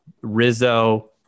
rizzo